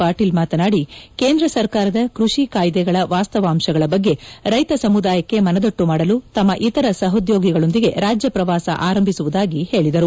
ಪಾಟೀಲ್ ಮಾತನಾದಿ ಕೇಂದ್ರ ಸರ್ಕಾರದ ಕೃಷಿ ಕಾಯ್ದೆಗಳ ವಾಸ್ತವಾಂಶಗಳ ಬಗ್ಗೆ ರೈತ ಸಮುದಾಯಕ್ಕೆ ಮನದಟ್ಟು ಮಾಡಲು ತಮ್ಮ ಇತರ ಸಹೋದ್ಯೋಗಿಗಳೊಂದಿಗೆ ರಾಜ್ಯ ಪ್ರವಾಸ ಆರಂಭಿಸುವುದಾಗಿ ಹೇಳಿದರು